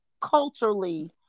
culturally